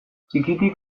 txikitik